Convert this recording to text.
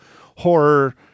horror